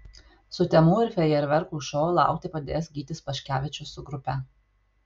sutemų ir fejerverkų šou laukti padės gytis paškevičius su grupe